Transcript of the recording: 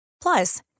Plus